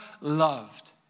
loved